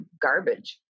garbage